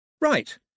Right